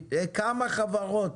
מכמה חברות